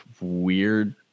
weird